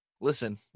listen